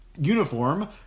uniform